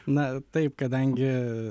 na taip kadangi